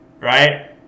right